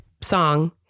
song